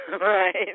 Right